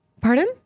Pardon